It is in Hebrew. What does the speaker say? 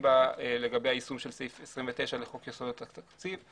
בה לגבי יישום סעיף 29 לחוק יסודות התקציב,